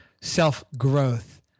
Self-growth